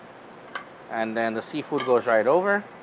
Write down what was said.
and then the seafood goes right over.